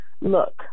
look